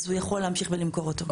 הוא יכול להמשיך ולמכור אותו.